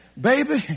baby